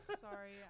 Sorry